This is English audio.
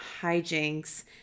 hijinks